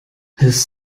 his